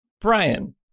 Brian